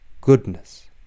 goodness